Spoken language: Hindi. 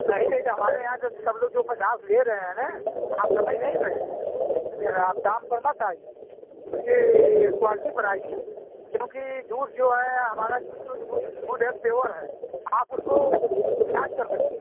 नहीं नहीं तो हमारे यहाँ जब सब लोग जो पचास ले रहे हैं ना आप समझ नहीं रहे हैं लेकिन आप दाम पर मत आइए उसकी क्वालटी पर आइए क्योंकि दूध जो है हमारा जूज जो जूज दूध है प्योर है आप उसको जाँच कर सकते हैं